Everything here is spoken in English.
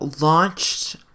launched